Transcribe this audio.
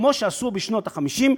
כמו שעשו בשנות ה-50,